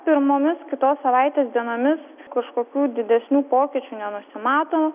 pirmomis kitos savaitės dienomis kažkokių didesnių pokyčių nenusimato